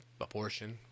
abortion